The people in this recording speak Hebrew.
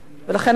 לכן אני שואלת: